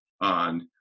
on